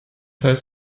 heißt